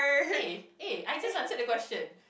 eh eh I just answered the question